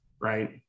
right